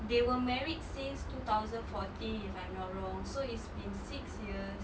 they were married since two thousand fourteen if I'm not wrong so it's been six years